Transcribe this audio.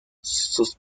sus